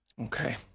Okay